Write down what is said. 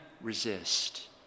resist